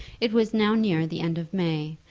it was now near the end of may,